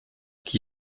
qui